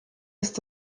ist